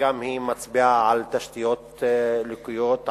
שגם היא מצביעה על תשתיות לקויות,